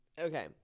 okay